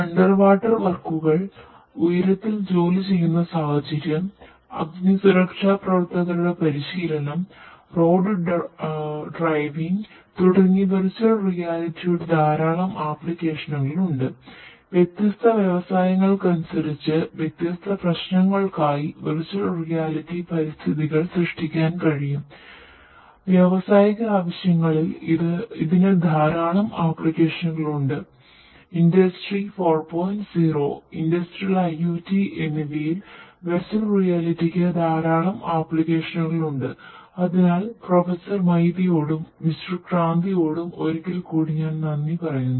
underwater വർക്കുകൾ ഒരിക്കൽ കൂടി ഞാൻ നന്ദി പറയുന്നു